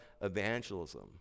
evangelism